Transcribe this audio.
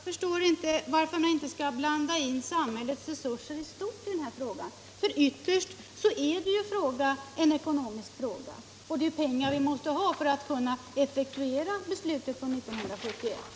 Herr talman! Jag förstår inte varför man inte skall blanda in samhällets resurser i stort i den här frågan. Ytterst är detta en ekonomisk fråga. Vi måste ha pengar för att kunna effektuera beslutet från år 1971.